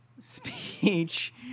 speech